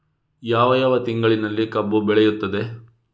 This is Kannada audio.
ಯಾವ ಯಾವ ತಿಂಗಳಿನಲ್ಲಿ ಕಬ್ಬು ಬೆಳೆಯುತ್ತದೆ?